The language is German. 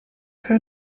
für